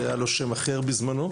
היה לו שם אחר בזמנו.